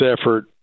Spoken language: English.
effort